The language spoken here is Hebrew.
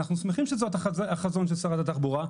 אנחנו שמחים שזה החזון של שרת התחבורה,